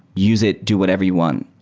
use it. do whatever you want.